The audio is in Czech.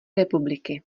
republiky